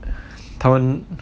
他们